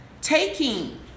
taking